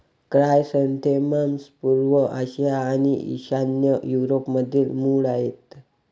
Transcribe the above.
chrysanthemums पूर्व आशिया आणि ईशान्य युरोपमधील मूळ आहेत